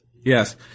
Yes